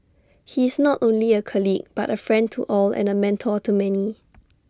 he is not only A colleague but A friend to all and A mentor to many